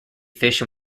fish